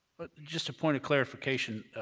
but just point of clarification.